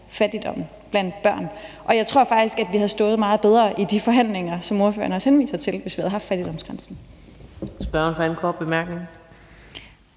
fattigdommen blandt børn. Jeg tror faktisk, at vi havde stået meget bedre i de forhandlinger, som ordføreren også henviser til, hvis vi havde haft fattigdomsgrænsen.